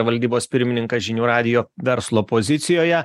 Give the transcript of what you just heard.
valdybos pirmininkas žinių radijo verslo pozicijoje